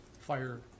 fire